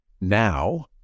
now